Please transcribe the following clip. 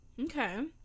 Okay